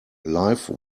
live